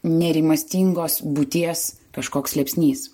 nerimastingos būties kažkoks slėpsnys